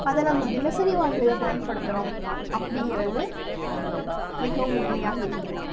அதெலாம் நம்ம தினசரி வாழ்வில் பயன்படுத்துகிறோம் அப்படிங்கிறது மிகவும் உண்மையாக இருக்கிறது